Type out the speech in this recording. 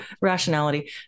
rationality